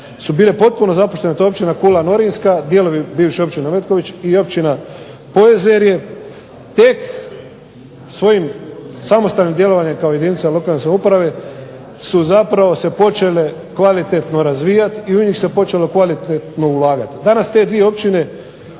su bile potpuno zapuštene, to je Općina Kula Norinska, dijelovi bivše Općine Metković i Općina Pojezerje, tek svojim samostalnim djelovanjem kao jedinica lokalne samouprave su zapravo se počele kvalitetno razvijati i u njih se počelo kvalitetno ulagati. Danas te dvije općine